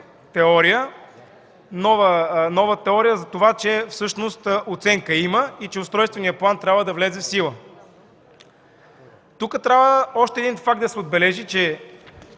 нова теория за това, че всъщност оценка има и че устройственият план трябва да влезе в сила. Тук трябва да се отбележи още